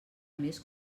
més